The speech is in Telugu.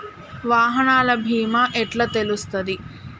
వాహనాల బీమా ఎట్ల తెలుస్తది?